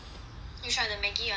which one the Maggie [one] or what